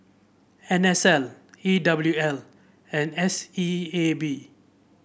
N S L E W L and S E A B